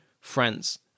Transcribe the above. France